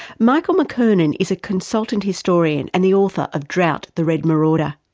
michael mckernan is a consultant historian and the author of drought the red marauder,